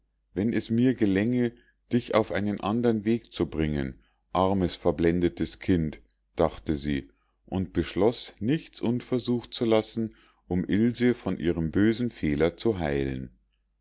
wenn es mir gelänge dich auf einen andern weg zu bringen armes verblendetes kind dachte sie und beschloß nichts unversucht zu lassen um ilse von ihrem bösen fehler zu heilen